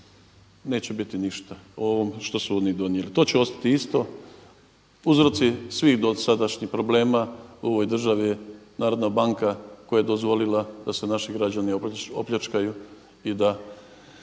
neće biti ništa o ovome što su oni donijeli, to će ostati isto. Uzroci svih dosadašnjih problema u ovoj državi je Narodna banka koja je dozvolila da se naši građani opljačkaju i da